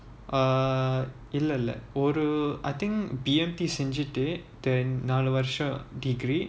uh இல்ல இல்ல ஒரு:illa illa oru I think B_M_T செஞ்சிட்டு:senjitu then நாலு வருஷம்:naalu varusam degree